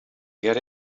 get